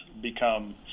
become